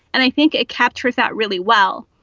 and i think it captures that really well.